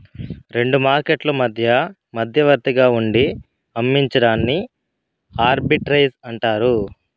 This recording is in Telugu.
రెండు మార్కెట్లు మధ్య మధ్యవర్తిగా ఉండి అమ్మించడాన్ని ఆర్బిట్రేజ్ అంటారు